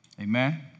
Amen